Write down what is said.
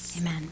Amen